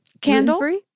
candle